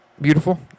Beautiful